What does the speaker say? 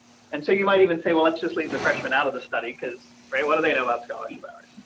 and so you might even say, well, let's just leave the freshman out of the study because ray. what do they know about scholarship our